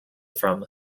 from